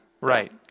Right